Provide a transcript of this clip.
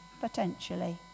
potentially